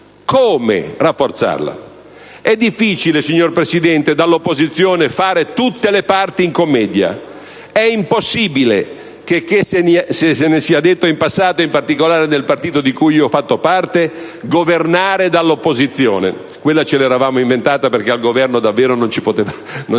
Come rafforzarla? È difficile, signor Presidente, dall'opposizione, fare tutte le parti in commedia. È impossibile, checché se ne sia detto in passato, in particolare nel partito di cui ho fatto parte, "governare dall'opposizione": ce l'eravamo inventato perché al Governo davvero non ci potevamo